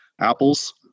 apples